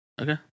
Okay